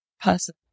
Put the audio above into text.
person